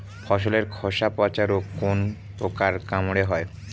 ফলের খোসা পচা রোগ কোন পোকার কামড়ে হয়?